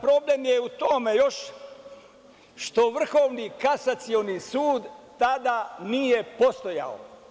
Problem je u tome još što Vrhovni kasacioni sud tada nije postojao.